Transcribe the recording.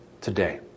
today